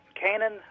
Canon